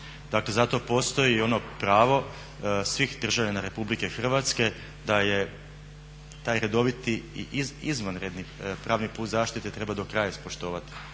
Dakle, zato postoji i ono pravo svih državljana RH da je taj redoviti i izvanredni pravni put zaštite treba do kraja ispoštovati.